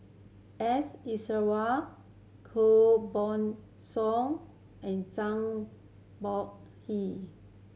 S Koh Song and Zhang Bohe